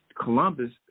Columbus